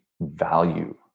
value